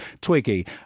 Twiggy